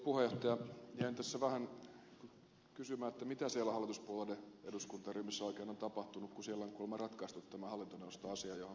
jäin tässä vähän kysymään mitä siellä hallituspuolueiden eduskuntaryhmissä oikein on tapahtunut kun siellä on kuulemma ratkaistu tämä hallintoneuvoston asia johon ministeri viittasi